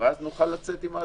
ואז נוכל לצאת עם התוכנית.